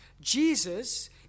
Jesus